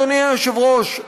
אדוני היושב-ראש,